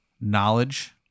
knowledge